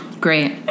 great